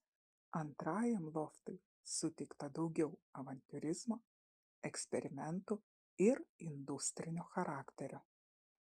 antrajam loftui suteikta daugiau avantiūrizmo eksperimentų ir industrinio charakterio